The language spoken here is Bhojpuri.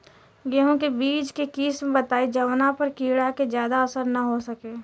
गेहूं के बीज के किस्म बताई जवना पर कीड़ा के ज्यादा असर न हो सके?